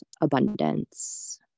abundance